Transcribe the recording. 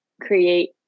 create